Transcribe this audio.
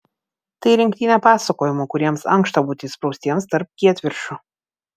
tai rinktinė pasakojimų kuriems ankšta būti įspraustiems tarp kietviršių